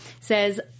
says